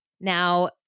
Now